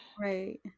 right